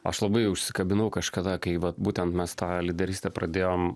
aš labai užsikabinau kažkada kai vat būtent mes tą lyderystę pradėjom